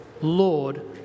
Lord